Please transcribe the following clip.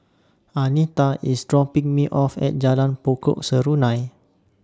Anita IS dropping Me off At Jalan Pokok Serunai